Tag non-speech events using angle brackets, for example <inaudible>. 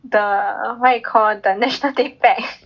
the what you call the national day pack <laughs>